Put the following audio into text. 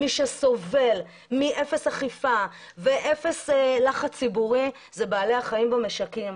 מי שסובל מאפס אכיפה ואפס לחץ ציבורי הם בעלי החיים במשקים.